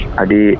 adi